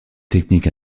technique